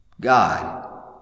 God